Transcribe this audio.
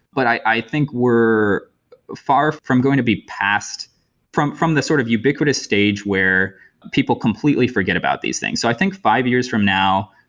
but i i think we're far from going to be passed from from the sort of ubiquitous stage where people completely forget about these things. so i think five years from now,